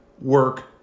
work